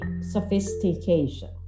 sophistication